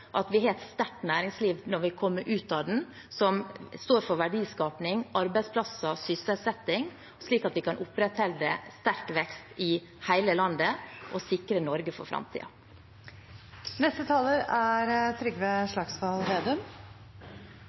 at vi har et sterkt næringsliv når vi kommer ut av den, som står for verdiskapning, arbeidsplasser og sysselsetting, slik at vi kan opprettholde sterk vekst i hele landet og sikre Norge for framtiden. Dette er